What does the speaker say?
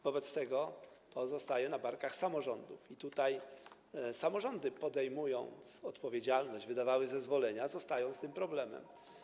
Wobec tego to zostaje na barkach samorządów i tutaj samorządy, podejmując odpowiedzialność, wydawały zezwolenia i zostają z tym problemem.